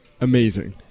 Amazing